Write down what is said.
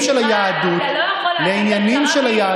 כי דווקא מי שאוהב את העם שלו,